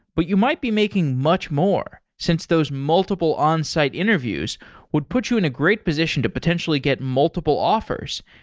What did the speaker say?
but you might be making much more since those multiple onsite interviews would put you in a great position to potentially get multiple offers,